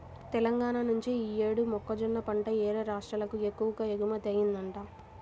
తెలంగాణా నుంచి యీ యేడు మొక్కజొన్న పంట యేరే రాష్ట్రాలకు ఎక్కువగా ఎగుమతయ్యిందంట